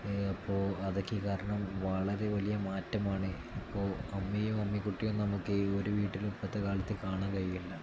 അപ്പോൾ അതൊക്കെ കാരണം വളരെ വലിയ മാറ്റമാണ് ഇപ്പോൾ അമ്മിയും അമ്മി കുട്ടിയും നമുക്ക് ഈ ഒരു വീട്ടിലും ഇപ്പോഴത്തെ കാലത്ത് കാണാൻ കഴിയില്ല